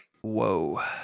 whoa